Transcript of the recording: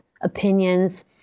opinions